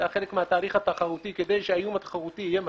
זה היה חלק מהתהליך התחרותי כדי שהאיום התחרותי יהיה מתמיד.